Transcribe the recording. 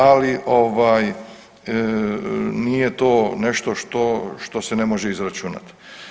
Ali nije to nešto što se ne može izračunati.